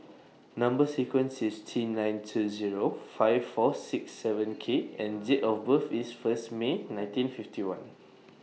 Number sequence IS T nine two Zero five four six seven K and Date of birth IS First May nineteen fifty one